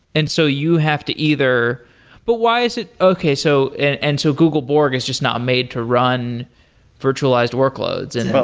and so you have to either but why is it okay. so and and so google borg is just not made to run virtualized workloads. and well,